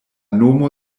nomo